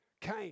came